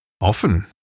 Often